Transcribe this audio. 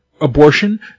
abortion